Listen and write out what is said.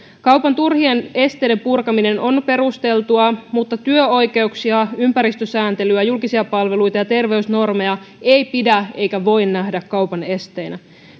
kaupan turhien esteiden purkaminen on perusteltua mutta työoikeuksia ympäristösääntelyä julkisia palveluita ja terveysnormeja ei pidä eikä voi nähdä kaupan esteenä